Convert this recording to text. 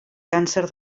càncer